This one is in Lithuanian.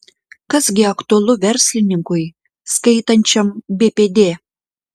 kas gi aktualu verslininkui skaitančiam bpd